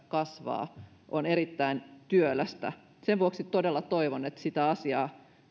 kasvaa on erittäin työlästä sen vuoksi todella toivon että sitä asiaa